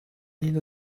need